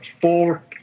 four